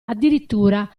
addirittura